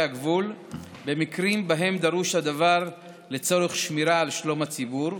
הגבול במקרים שבהם דרוש הדבר לצורך שמירה על שלום הציבור,